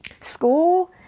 School